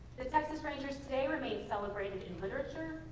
the texas rangers today remain celebrated in literature,